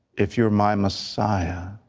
if you are my messiah,